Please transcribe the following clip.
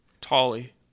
Tolly